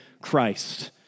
Christ